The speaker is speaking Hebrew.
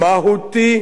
איכותי,